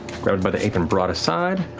grabbed by the ape and brought aside.